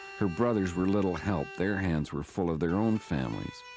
her brothers were little help, their hands were full of their own families.